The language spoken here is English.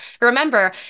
Remember